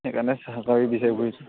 সেইকাৰণে চাকৰি বিচাৰি ফুৰিছোঁ